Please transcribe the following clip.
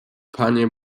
panie